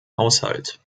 haushalt